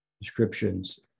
descriptions